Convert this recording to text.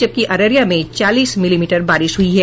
जबकि अररिया में चालीस मिलीमीटर बारिश हुई है